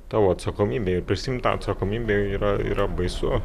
tavo atsakomybė ir prisiimt tą atsakomybę yra yra baisu